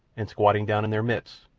and, squatting down in their midst,